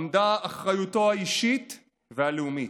עמדה אחריותו האישית והלאומית.